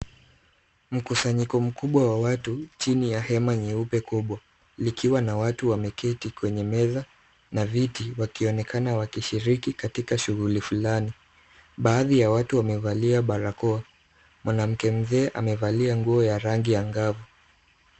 Mkusanyiko mkubwa wa watu chini ya hema nyeupe kubwa, likiwa na watu wameketi kwenye meza na viti wakionekana wakishiriki katika shughuli fulani. Baadhi ya watu wamevalia barakoa. Mwanamke mzee amevalia nguo ya rangi angavu.